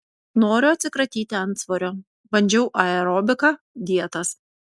noriu atsikratyti antsvorio bandžiau aerobiką dietas